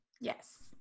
Yes